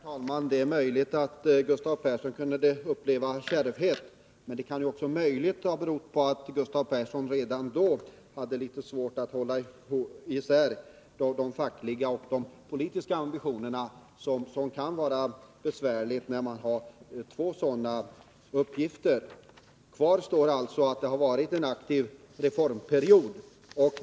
Herr talman! Det är möjligt att Gustav Persson upplevde en kärvhet, men anledningen kan kanske vara den att Gustav Persson redan tidigare hade litet svårt att hålla isär de fackliga och de politiska ambitionerna. Det kan ju vara svårt, om man har två uppgifter, en facklig och en politisk. Kvar står emellertid att det rör sig om en aktiv reformperiod.